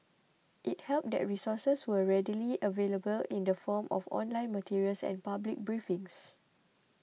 it helped that resources were readily available in the form of online materials and public briefings